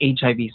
HIV